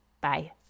Bye